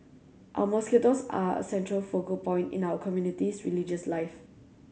our mosquitoes are a central focal point in our community's religious life